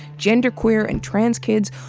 genderqueer and trans kids.